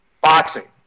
boxing